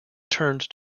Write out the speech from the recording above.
turned